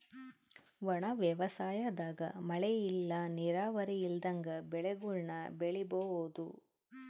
ಒಣ ವ್ಯವಸಾಯದಾಗ ಮಳೆ ಇಲ್ಲ ನೀರಾವರಿ ಇಲ್ದಂಗ ಬೆಳೆಗುಳ್ನ ಬೆಳಿಬೋಒದು